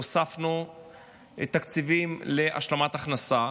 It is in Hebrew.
הוספנו תקציבים להשלמת הכנסה,